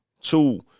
two